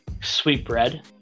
sweetbread